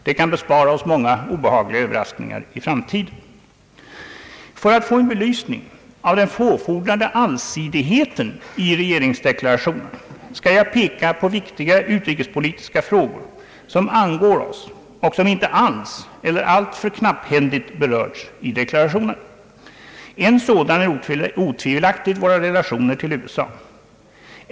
Det kan bespara oss många obehagliga överraskningar i framtiden. För att få en belysning av den påfordrade allsidigheten i regeringsdeklarationen skall jag peka på viktiga ut rikespolitiska frågor som angår oss och som inte alls eller alltför knapphändigt berörts i deklarationen. En sådan är otvivelaktigt våra relationer till USA.